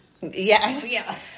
Yes